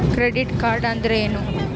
Credit card ಅಂದ್ರೇನು?